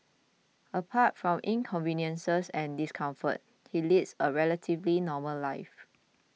apart from inconvenience and discomfort he leads a relatively normal life